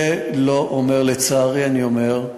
זה לא אומר, לצערי, אני אומר,